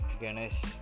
Ganesh